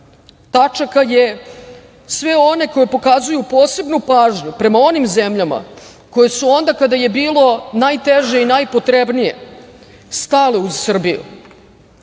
tačaka su sve one koje pokazuju posebnu pažnju prema onim zemljama koje su onda kada je bilo najteže i najpotrebnije stale uz Srbiju,